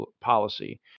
policy